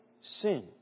sin